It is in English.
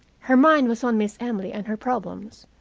her mind was on miss emily and her problems.